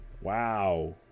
Wow